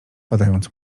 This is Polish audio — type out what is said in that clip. podając